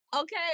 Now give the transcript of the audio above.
okay